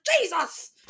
Jesus